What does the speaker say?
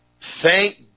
Thank